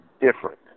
different